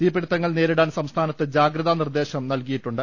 തീപിടുത്തങ്ങൾ നേരി ടാൻ സംസ്ഥാനത്ത് ജാഗ്രതാ നിർദ്ദേശം നൽകിയിട്ടുണ്ട്